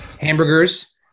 Hamburgers